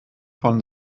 von